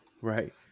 Right